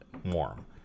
warm